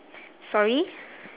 sorry